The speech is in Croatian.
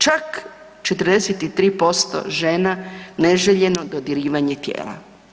Čak 43% žena neželjeno dodirivanje tijela.